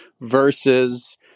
versus